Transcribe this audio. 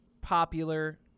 popular